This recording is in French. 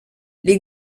les